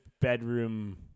bedroom